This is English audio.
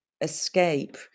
escape